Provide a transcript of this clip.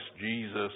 Jesus